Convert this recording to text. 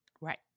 Right